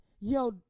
Yo